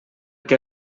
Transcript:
que